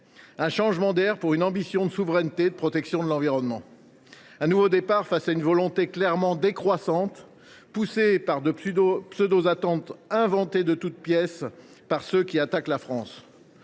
d’un changement d’air pour une ambition de souveraineté et de protection de l’environnement. Oui, un nouveau départ, face à une volonté clairement décroissante, poussée par de pseudo attentes inventées de toutes pièces par ceux qui attaquent la France.